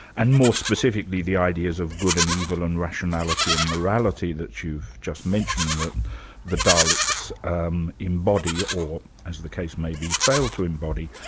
and more specifically the ideas of good and evil and rationality and morality that you've just mentioned that the daleks um embody, or as the case may be, failed to embody.